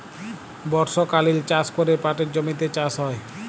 বর্ষকালীল চাষ ক্যরে পাটের জমিতে চাষ হ্যয়